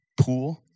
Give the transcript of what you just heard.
pool